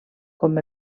com